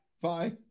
Bye